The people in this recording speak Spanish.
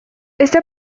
está